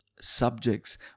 subjects